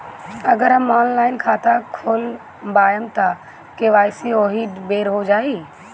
अगर हम ऑनलाइन खाता खोलबायेम त के.वाइ.सी ओहि बेर हो जाई